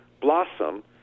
blossom